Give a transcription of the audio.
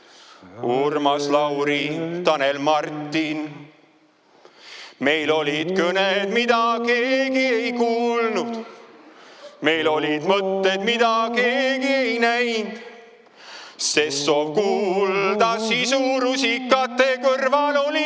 Urmas, Lauri, Tanel, Martin. Meil olid kõned, mida keegi ei kuulnud. Meil olid mõtted, mida keegi ei näind, sest soov kuulda sisu rusikate kõrval oli